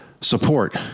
support